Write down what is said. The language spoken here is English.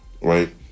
right